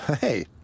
Hey